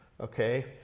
Okay